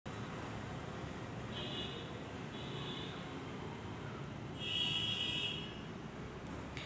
एक एकर जमीन म्हंजे त्रेचाळीस हजार पाचशे साठ चौरस फूट जागा व्हते